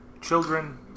children